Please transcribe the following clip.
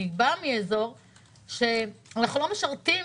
אני באה מאזור שאנחנו לא משרתים,